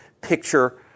picture